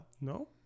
No